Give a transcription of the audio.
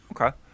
Okay